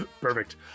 Perfect